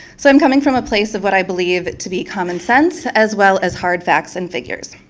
so i'm coming from a place of what i believe to be common sense as well as hard facts and figures.